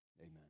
amen